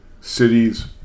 cities